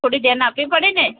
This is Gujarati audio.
થોડી ધ્યાન આપવી પડેને